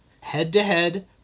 head-to-head